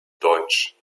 deutsch